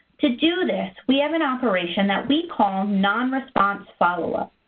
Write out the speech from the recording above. to do this, we have an operation that we call non-response follow up.